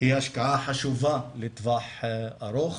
היא השקעה חשובה לטווח ארוך